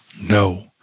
No